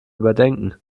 überdenken